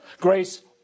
Grace